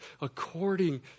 according